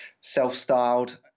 self-styled